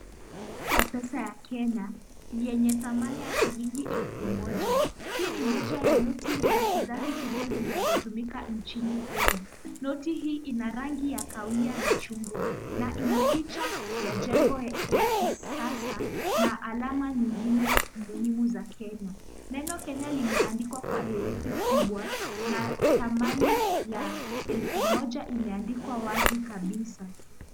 Noti ya pesa ya Kenya, yenye thamana ya shilingi elfu moja. Hii ni moja ya noti za kizazi kipya zinazotumika nchini humo. Noti hii ina rangi ya kahawia na chungwa, na ina picha ya jengo ya kisasa, na alama nyingine muhimu za Kenya. Neno Kenya limeandikwa kwa herufi kubwa, na thamani ya elfu moja imeandikwa wazi kabisa.